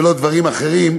ולא דברים אחרים,